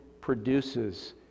produces